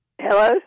Hello